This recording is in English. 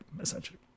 essentially